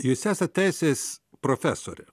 jūs esat teisės profesorė